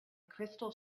crystal